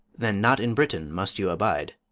then not in britain must you bide.